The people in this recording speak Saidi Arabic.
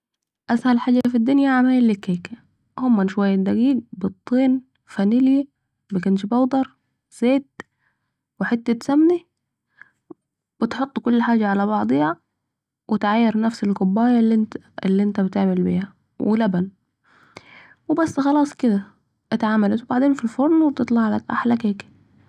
اسهل حاجه في الدنيا عمايل الكيكه هما شوية دقيق بيضتين فانلي بكنج بودر زيت و حتت سمنه ، و تحط كل حاجه علي بعضيها و تعاير نفس الكبايه الي أنت بتعمل بيها و لبن و يس خلاص كده اتعملت ، و بعدين في الفرن و تطلع لك أحلي كيكه